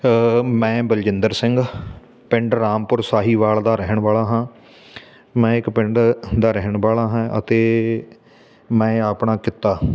ਮੈਂ ਬਲਜਿੰਦਰ ਸਿੰਘ ਪਿੰਡ ਰਾਮਪੁਰ ਸਾਹੀਵਾਲ ਦਾ ਰਹਿਣ ਵਾਲਾ ਹਾਂ ਮੈਂ ਇੱਕ ਪਿੰਡ ਦਾ ਰਹਿਣ ਵਾਲਾ ਹਾਂ ਅਤੇ ਮੈਂ ਆਪਣਾ ਕਿੱਤਾ